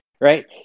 right